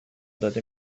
داده